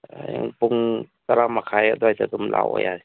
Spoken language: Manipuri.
ꯍꯌꯦꯡ ꯄꯨꯡ ꯇꯔꯥ ꯃꯈꯥꯏ ꯑꯗꯨꯋꯥꯏꯗ ꯑꯗꯨꯝ ꯂꯥꯛꯑꯣ ꯌꯥꯔꯦ